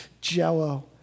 jello